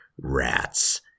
Rats